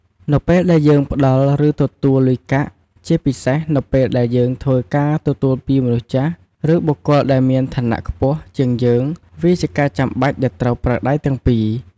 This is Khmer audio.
នៅពេលដែលយើងផ្តល់ ឬទទួលលុយកាក់ ជាពិសេសនៅពេលដែលយើងធ្វើការទទួលពីមនុស្សចាស់ ឬបុគ្គលដែលមានឋានៈខ្ពស់ជាងយើង វាជាការចាំបាច់ដែលត្រូវប្រើដៃទាំងពីរ។